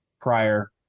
prior